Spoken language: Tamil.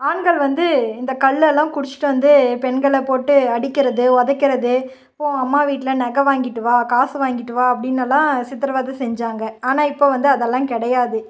ஆண்கள் வந்து இந்த கள்ளெல்லாம் குடித்துட்டு வந்து பெண்களை போட்டு அடிக்கிறது உதைக்கிறது போ உங்க அம்மா வீட்டில் நகை வாங்கிட்டு வா காசு வாங்கிட்டு வா அப்படின்னெல்லாம் சித்திரவதை செஞ்சாங்க ஆனால் இப்போது வந்து அதெல்லாம் கிடையாது